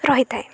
ରହିଥାଏ